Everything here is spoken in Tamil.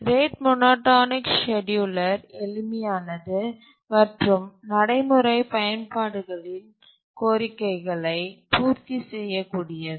ரேட் மோனோடோனிக் ஸ்கேட்யூலர் எளிமையானது மற்றும் நடைமுறை பயன்பாடுகளின் கோரிக்கைகளை பூர்த்தி செய்யக்கூடியது